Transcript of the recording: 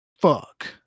Fuck